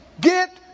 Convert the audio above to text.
Get